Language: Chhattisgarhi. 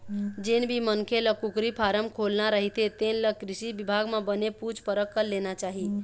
जेन भी मनखे ल कुकरी फारम खोलना रहिथे तेन ल कृषि बिभाग म बने पूछ परख कर लेना चाही